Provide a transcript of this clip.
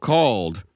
Called